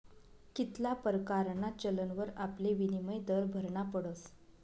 कित्ला परकारना चलनवर आपले विनिमय दर भरना पडस